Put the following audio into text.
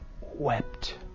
wept